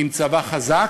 עם צבא חזק,